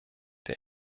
der